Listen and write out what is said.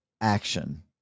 action